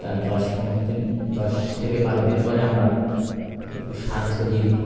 তার দশ পনেরো দিন দশ থেকে বারো দিন পরে আমরা একটু সার ছড়িয়ে দিই